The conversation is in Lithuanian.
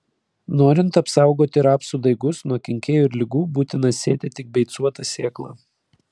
norint apsaugoti rapsų daigus nuo kenkėjų ir ligų būtina sėti tik beicuotą sėklą